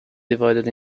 divided